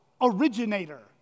originator